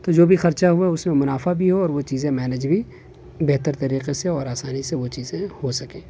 تو جو بھی خرچہ ہوا ہے اس میں منافع بھی ہو اور وہ چیزیں مینج بھی بہتر طریقے سے اور آسانی سے وہ چیزیں ہو سکیں